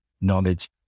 knowledge